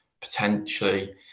potentially